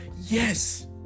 Yes